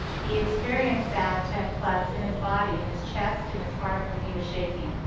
he experienced that ten plus in his body, in his chest, in his heart, and he was shaking.